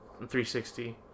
360